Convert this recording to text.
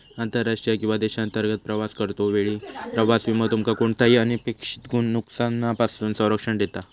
आंतरराष्ट्रीय किंवा देशांतर्गत प्रवास करतो वेळी प्रवास विमो तुमका कोणताही अनपेक्षित नुकसानापासून संरक्षण देता